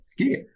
Okay